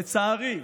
לצערי,